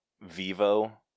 Vivo